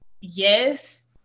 yes